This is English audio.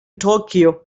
tokyo